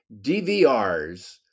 DVRs